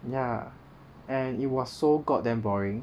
ya and it was so god damn boring